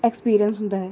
experience ਹੁੰਦਾ ਹੈ